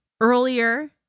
earlier